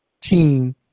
Team